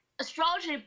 astrology